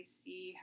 see